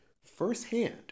firsthand